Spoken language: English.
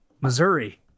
Missouri